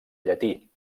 llatí